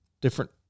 different